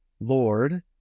Lord